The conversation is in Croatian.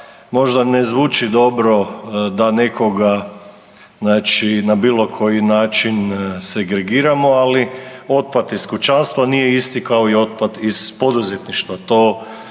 možda ne zvuči dobro da nekoga na bilo koji način segregiramo, ali otpad iz kućanstva nije isti kao i otpad iz poduzetništva,